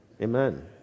Amen